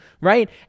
right